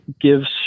gives